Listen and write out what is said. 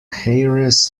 heiress